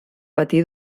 patí